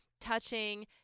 touching